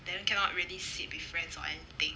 then cannot really sit with friends or anything